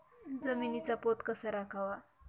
जमिनीचा पोत कसा राखावा?